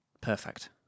perfect